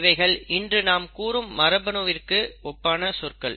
இவைகள் இன்று நாம் கூறும் மரபணுவிற்கு ஒப்பான சொற்கள்